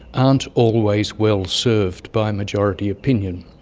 and always well-served by majority opinion.